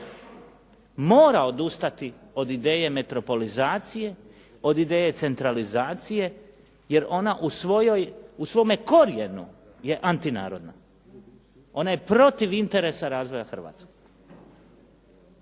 mora odustati od ideje metropolizacije, od ideje centralizacije jer ona u svome korijenu je antinarodna. Ona je protiv interesa razvoja Hrvatske.